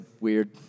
weird